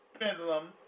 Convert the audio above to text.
pendulum